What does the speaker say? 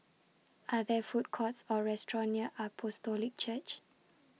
Are There Food Courts Or restaurants near Apostolic Church